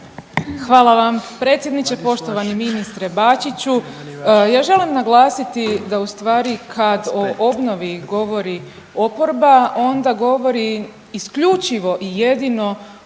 Hvala vam predsjedniče. Poštovani ministre Bačiću, ja želim naglasiti da u stvari kad o obnovi govori oporba onda govori isključivo i jedino